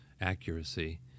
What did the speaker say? accuracy